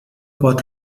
pot